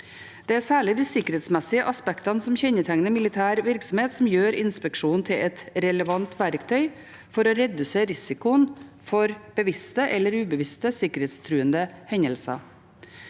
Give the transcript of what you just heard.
Det er særlig de sikkerhetsmessige aspektene som kjennetegner militær virksomhet som gjør inspeksjonen til et relevant verktøy for å redusere risikoen for bevisste eller ubevisste sikkerhetstruende hendelser.